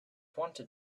wanted